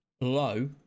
low